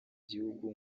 gihugu